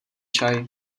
čaj